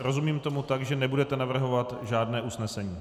Rozumím tomu tak, že nebudete navrhovat žádné usnesení.